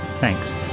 Thanks